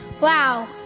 Wow